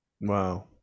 Wow